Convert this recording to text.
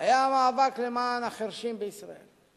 אליהם היה המאבק למען החירשים בישראל.